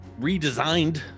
redesigned